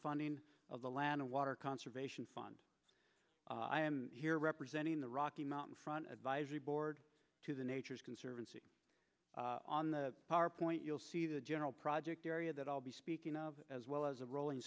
funding of the land and water conservation fund i am here representing the rocky mountain front advisory board to the nature conservancy on the power point you'll see the general project area that i'll be speaking of as well as a rolling